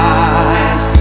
eyes